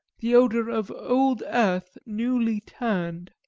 the odour of old earth newly turned.